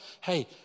Hey